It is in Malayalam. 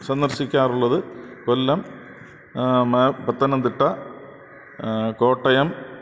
സന്ദർശിക്കാറുള്ളത് കൊല്ലം മ പത്തനംതിട്ട കോട്ടയം